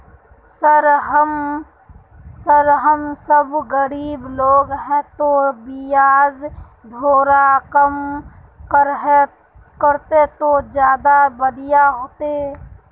sir हम सब गरीब लोग है तो बियाज थोड़ा कम रहते तो ज्यदा बढ़िया होते